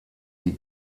die